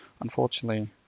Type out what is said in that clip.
unfortunately